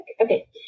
Okay